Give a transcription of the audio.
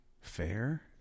fair